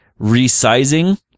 resizing